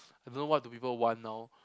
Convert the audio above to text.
I don't know what do people want now